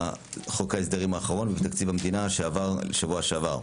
בחוק ההסדרים האחרון ובתקציב המדינה שעבר בשבוע שעבר.